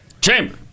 Chamber